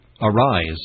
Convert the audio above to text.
Arise